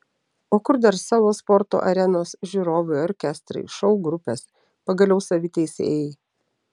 o kur dar savos sporto arenos žiūrovai orkestrai šou grupės pagaliau savi teisėjai